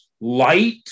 light